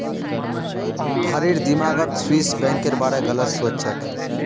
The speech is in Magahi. भारिर दिमागत स्विस बैंकेर बारे गलत सोच छेक